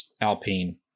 Alpine